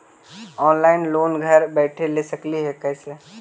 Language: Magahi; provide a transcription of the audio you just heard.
ऑनलाइन लोन घर बैठे ले सकली हे, कैसे?